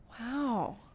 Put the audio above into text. Wow